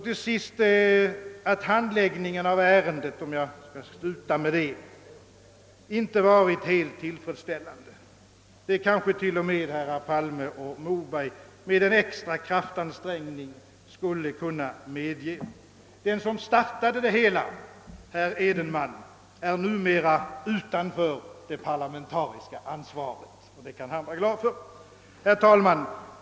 Till sist vill jag påpeka, att handläggningen av ärendet inte har varit helt tillfredsställande; det kanske till och med herrar Palme och Moberg med en extra kraftansträngning skulle kunna medge. Den som startade det hela, herr Edenman, står numera utanför det parlamentariska ansvaret, och det kan han vara glad för. Herr talman!